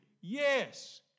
Yes